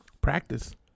Practice